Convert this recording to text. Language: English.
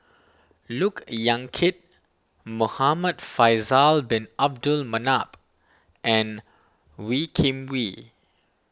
Look Yan Kit Muhamad Faisal Bin Abdul Manap and Wee Kim Wee